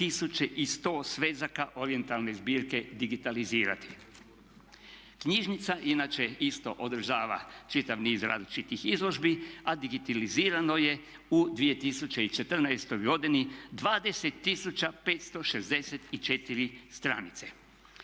2100 svezaka orijentalne zbirke digitalizirati. Knjižnica inače isto održava čitav niz različitih izložbi a digitalizirano je u 2014. godini 200 tisuća 560 stranice.